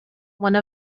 one